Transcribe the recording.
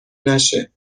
نشه